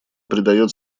придает